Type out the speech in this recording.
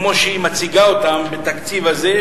כמו שהיא מציגה אותו בתקציב הזה,